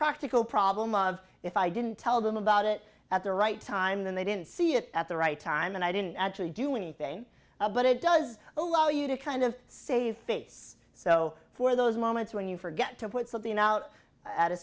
practical problem of if i didn't tell them about it at the right time then they didn't see it at the right time and i didn't actually do anything but it does allow you to kind of save face so for those moments when you forget to put something out at a